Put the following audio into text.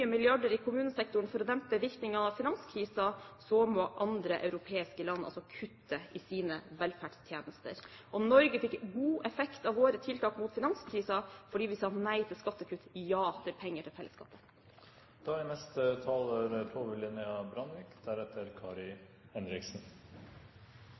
milliarder i kommunesektoren for å dempe virkningene av finanskrisen, må andre europeiske land kutte i sine velferdstjenester. Norge fikk god effekt av sine tiltak mot finanskrisen, fordi vi sa nei til skattekutt og ja til penger til fellesskapet.